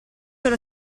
per